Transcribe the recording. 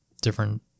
different